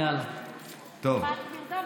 כמעט נרדמת.